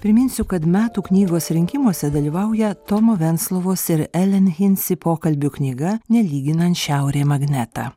priminsiu kad metų knygos rinkimuose dalyvauja tomo venclovos ir elen hinsi pokalbių knyga nelyginant šiaurė magnetą